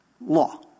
law